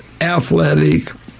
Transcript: athletic